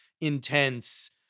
intense